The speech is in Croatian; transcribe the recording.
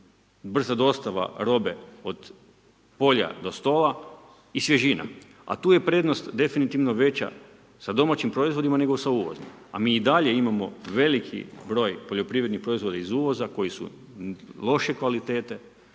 brza dostava robe, od polja do stola i svježina. A tu je prednost definitivno veća sa domaćim proizvodima, nego sa uvoznim. A mi i dalje imamo veliki broj poljoprivrednih proizvoda iz uvoza, koji su loše kvaliteta,